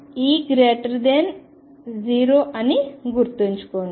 E 0 అని గుర్తుంచుకోండి